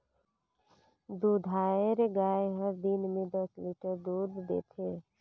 दूधाएर गाय हर दिन में दस लीटर तक दूद देथे